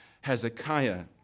Hezekiah